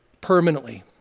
permanently